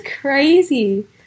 crazy